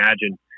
imagine